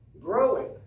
growing